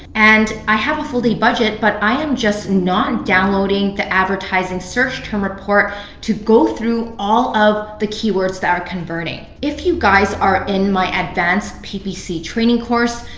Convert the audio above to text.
and i have a full day budget but i am just not downloading the advertising search term report to go through all of the keywords that are converting. if you guys are in my advanced ppc training course,